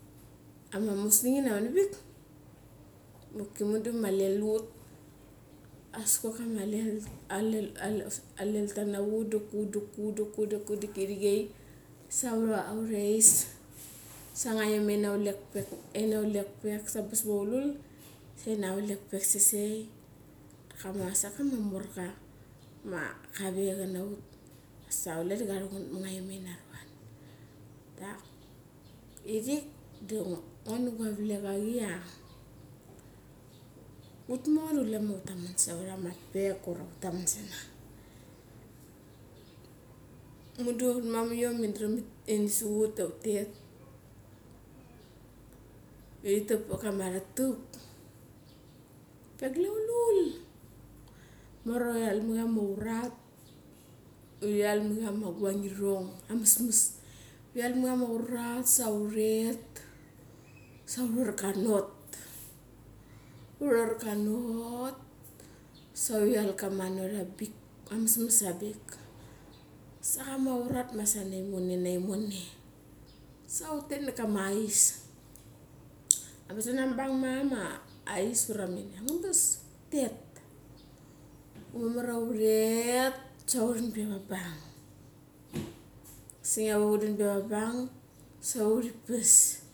Ama musnang ini avanivik, doki mundu ma alel ut. As chok chama lelta na ut doki ut doki ut doki ire chei sa aures, sa ngaiom ina vlekvek. Sa angabas mau lul sai ina vlek vek sesei. Kama sok chama morka kave kana ut, sa kule da karuvat ma nga iom ina ruan. Dak irik da ngo du guavlek achi ia utmo da kule ma utaman sa uramatvek, ura utaman sa na. Mundu autmamak iom in su ut ia utet uri tak vet kama aratak ve glaulul, mamar ia uri lalma chama urat, uri lalma chama guang irong, amasmes. Uri lalma chama urat uret sa urar ka not. Urar cha rot, sa uri lal kama anot ambik amasmes arang bik, sa chama aurat masa neimoni, neimoni. Sa utet nakama aio, angabas una bang mara ama ais ura minia. Angabas utet. Mamar ia utet sa uran ve va bang. Sa udan ve va bang, sa uri pas.